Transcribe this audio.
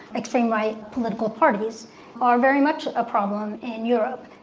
extreme right political parties are very much a problem in europe.